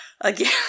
Again